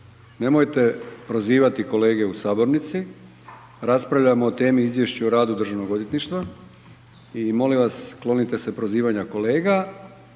Nemojte prozivati kolege u sabornici, raspravljamo o temi Izvješće o radu državnog odvjetništva i molim vas klonite se prozivanja kolega